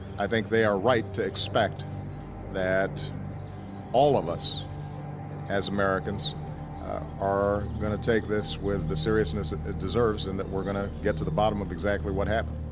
i think they are right to expect that all of us as americans are going to take this with the seriousness it deserves and that we're going to get to the bottom of exactly what happened.